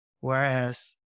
Whereas